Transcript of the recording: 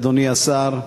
אדוני השר,